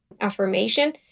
affirmation